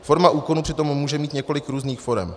Forma úkonu přitom může mít několik různých forem.